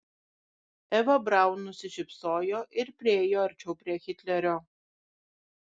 eva braun nusišypsojo ir priėjo arčiau prie hitlerio